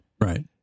Right